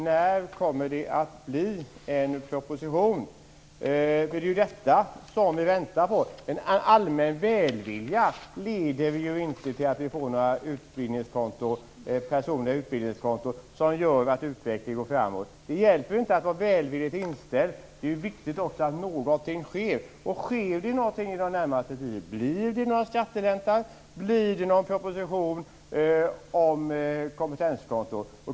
När kommer det att läggas fram en proposition? Det är ju detta som vi väntar på. En allmän välvilja leder ju inte till att vi får några personliga utbildningskonton som gör att utvecklingen går framåt. Det hjälper ju inte att vara välvilligt inställd. Det är ju också viktigt att någonting sker. Sker det något inom den närmaste tiden? Blir det någon skattelättnad? Blir det någon proposition om kompetenskonton?